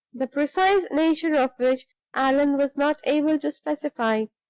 the precise nature of which allan was not able to specify.